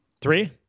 Three